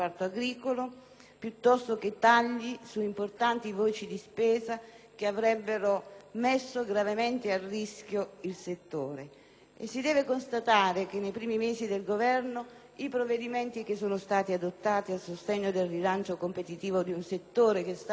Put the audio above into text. piuttosto che tagli su importanti voci di spesa che avrebbero messo gravemente a rischio il settore. Si deve constatare che nei primi mesi del Governo i provvedimenti adottati a sostegno del rilancio competitivo di un settore che sta attraversando